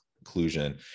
inclusion